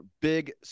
big